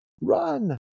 run